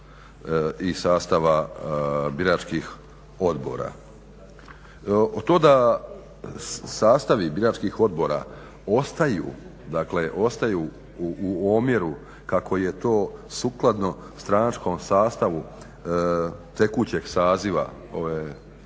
i sastava biračkih odbora. To da sastavi biračkih odbora ostaju u omjeru kako je to sukladno stranačkom sastavu tekućeg saziva ovog